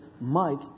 Mike